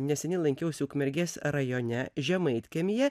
neseniai lankiausi ukmergės rajone žemaitkiemyje